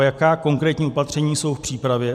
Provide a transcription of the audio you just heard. Jaká konkrétní opatření jsou v přípravě?